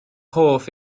hoff